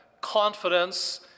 confidence